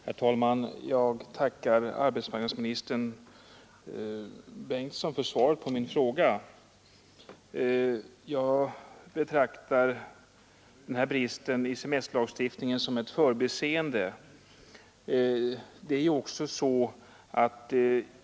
Herr talman! Jag tackar arbetsmarknadsministern Bengtsson för svaret på min fråga. Jag betraktar den här bristen i semesterlagen som ett förbiseende.